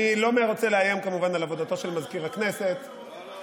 זה כמו מזכיר הכנסת --- אני לא רוצה לאיים,